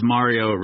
Mario